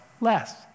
less